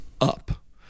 up